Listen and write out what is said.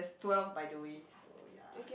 twelve by the way so ya